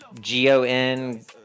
G-O-N